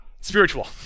spiritual